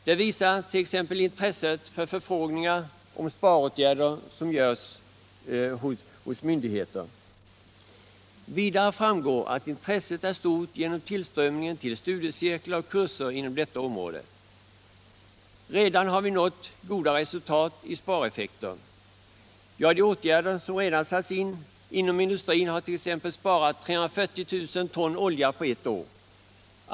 Det visar t.ex. de många förfrågningar om sparåtgärder som görs hos myndigheter. Tillströmningen till studiecirklar och kurser inom detta område visar också att intresset är stort. Vi har redan nått goda spareffekter. Ja, de åtgärder som redan satts in inom industrin har t.ex. sparat 340 000 ton olja på ett år.